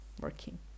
working